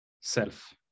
self